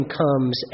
comes